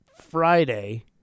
Friday